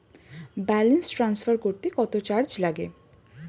Balance transfer করতে কত charge লাগে?